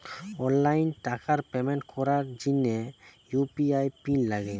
online টাকার payment করার জিনে ইউ.পি.আই পিন লাগে